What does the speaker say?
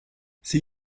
see